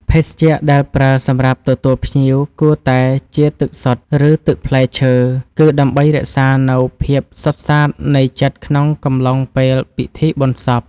ភេសជ្ជៈដែលប្រើសម្រាប់ទទួលភ្ញៀវគួរតែជាទឹកសុទ្ធឬទឹកផ្លែឈើ គឺដើម្បីរក្សានូវភាពសុទ្ធស្អាតនៃចិត្តក្នុងកំឡុងពេលពិធីបុណ្យសព។